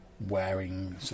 wearing